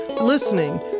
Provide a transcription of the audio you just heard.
listening